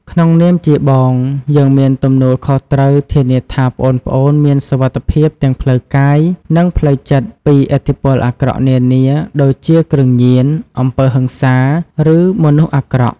ក្នុងនាមជាបង យើងមានទំនួលខុសត្រូវធានាថាប្អូនៗមានសុវត្ថិភាពទាំងផ្លូវកាយ និងផ្លូវចិត្ត ពីឥទ្ធិពលអាក្រក់នានា ដូចជាគ្រឿងញៀន អំពើហិង្សា ឬមនុស្សអាក្រក់។